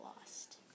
lost